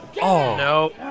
no